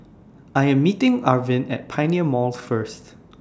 I Am meeting Arvin At Pioneer Mall First